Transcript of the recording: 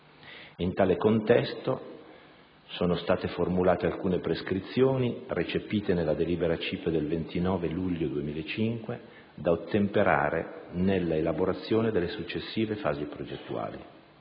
In tale contesto sono state formulate alcune prescrizioni recepite nella delibera CIPE del 29 luglio 2005 da ottemperare nella elaborazione delle successive fasi progettuali.